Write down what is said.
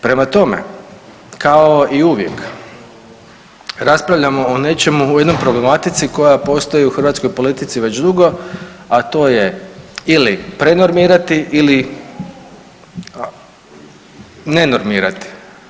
Prema tome, kao i uvijek raspravljamo o nečemu o jednoj problematici koja postoji u hrvatskoj politici već dugo, a to je ili prenormirati ili ne normirati.